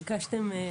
בבקשה.